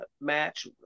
match